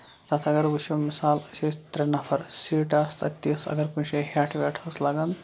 تَتھ اَگر وٕچھو مِثال أسۍ ٲسۍ ترٛےٚ نَفر سیٖٹہٕ آسہٕ تَتھ تِژھ اَگر کُنہِ جایہِ ہیٹھ ویٹھ ٲس لَگان